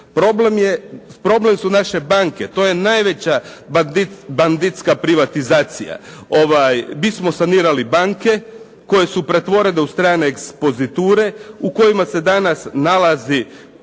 Problem su naše banke. To je najveća banditska privatizacija. Mi smo sanirali banke koje su pretvorene u strane eskpoziture u kojima se danas nalazi